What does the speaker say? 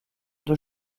deux